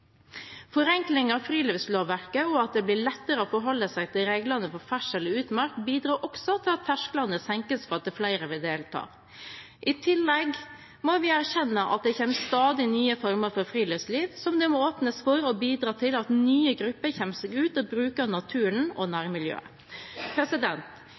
av friluftslivlovverket og at det blir lettere å forholde seg til reglene for ferdsel i utmark, bidrar også til at tersklene senkes for at flere vil delta. I tillegg må vi erkjenne at det kommer stadig nye former for friluftsliv, som det må åpnes for – for å bidra til at nye grupper kommer seg ut og bruker naturen og